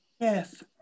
Yes